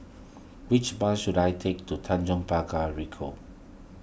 which bus should I take to Tanjong Pagar Ricoh